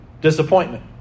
Disappointment